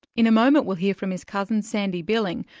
in a moment we'll hear from his cousin, sandy billing,